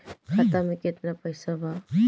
खाता में केतना पइसा बा?